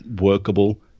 workable